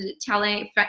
telling